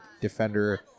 defender